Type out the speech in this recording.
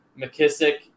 McKissick